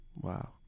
wow